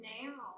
now